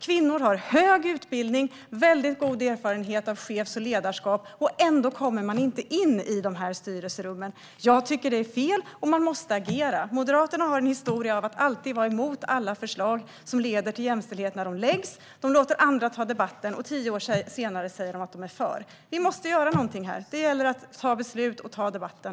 Kvinnor har hög utbildning och väldigt god erfarenhet av chefs och ledarskap, men ändå kommer man inte in i styrelserummen. Jag tycker att det är fel, och man måste agera. Moderaterna har en historia av att alltid vara emot alla förslag som leder till jämställdhet när de läggs fram. De låter andra ta debatten, och tio år senare säger de att de är för. Vi måste göra någonting här. Det gäller att ta beslut och ta debatten.